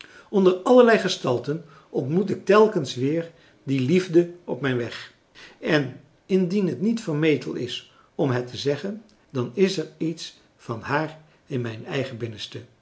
onder allerlei gestalten ontmoet ik telkens weer die liefde op mijn weg en indien het niet vermetel is om het te zeggen dan is er iets van haar in mijn eigen binnenste